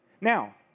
Now